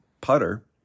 putter